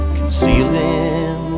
Concealing